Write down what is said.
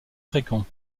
fréquents